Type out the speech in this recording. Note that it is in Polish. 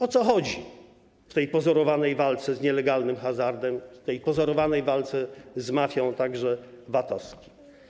O co chodzi w tej pozorowanej walce z nielegalnym hazardem, w tej pozorowanej walce z mafią, także VAT-owską?